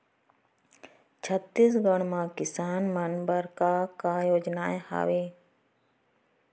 छत्तीसगढ़ म किसान मन बर का का योजनाएं हवय?